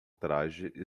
traje